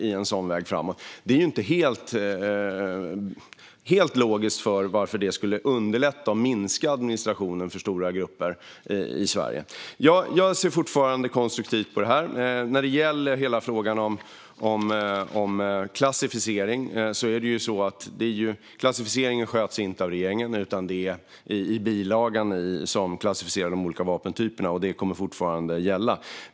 Det är inte helt logiskt varför det skulle minska administrationen och underlätta för stora grupper i Sverige. Frågan om klassificering sköts inte av regeringen, utan de olika vapentyperna klassificeras i bilagan. Detta kommer fortfarande att gälla.